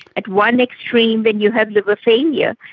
at one extreme then you have liver failure,